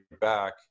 back